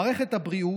מערכת הבריאות,